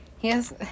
yes